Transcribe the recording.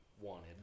wanted